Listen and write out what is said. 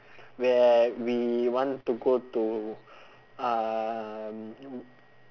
where we want to go to um